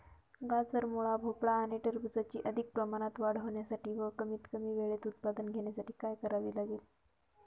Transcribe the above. गाजर, मुळा, भोपळा आणि टरबूजाची अधिक प्रमाणात वाढ होण्यासाठी व कमीत कमी वेळेत उत्पादन घेण्यासाठी काय करावे लागेल?